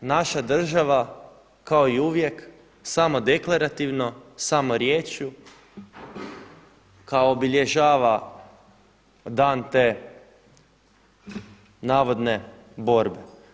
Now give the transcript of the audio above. Naša država kao i uvijek samo deklarativno, samo riječju kao obilježava dan te navodne borbe.